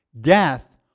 Death